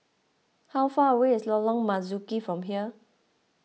how far away is Lorong Marzuki from here